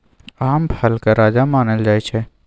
आम फलक राजा मानल जाइ छै